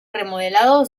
remodelado